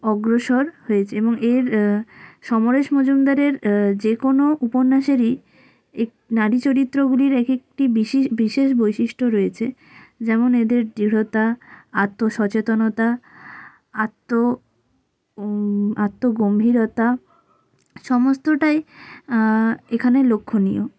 অগ্রসর হয়েছে এবং এর সমরেশ মজুমদারের যে কোনো উপন্যাসেরই এক নারী চরিত্রগুলির এক একটি বিশিষ বিশেষ বৈশিষ্ট্য রয়েছে যেমন এদের দৃঢ়তা আত্মসচেতনতা আত্ম আত্ম গম্ভীরতা সমস্তটাই এখানে লক্ষ্যণীয়